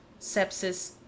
Sepsis